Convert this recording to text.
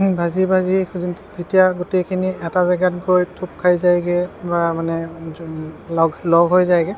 ভাজি ভাজি যেতিয়া গোটেইখিনি এটা জেগাত গৈ থোপ খাই যাইগৈ বা মানে লগ লগ হৈ যায়গৈ